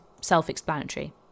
self-explanatory